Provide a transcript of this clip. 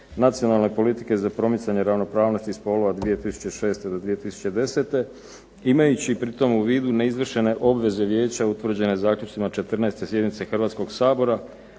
nacionalne politike za promicanje ravnopravnosti spolova 2006. do 2010. imajući pri tom u vidu neizvršene obveze vijeća utvrđene zaključcima 14. sjednice Hrvatskog sabora,